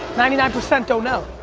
ninety nine percent don't know.